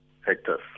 hectares